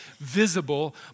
visible